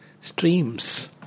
streams